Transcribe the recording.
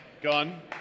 Gun